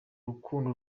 rukundo